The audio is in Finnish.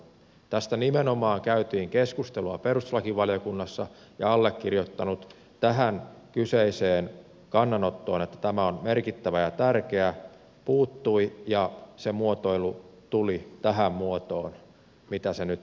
tästä nimenomaan käytiin keskustelua perustuslakivaliokunnassa ja allekirjoittanut puuttui tähän kyseiseen kannanottoon että tämä on merkittävä ja tärkeä ja se muotoilu tuli tähän muotoon mitä se nyt on